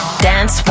Dance